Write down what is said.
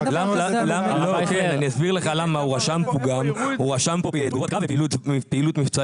הוא רשם פה תגובות קרב ופעילות מבצעית.